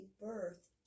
birth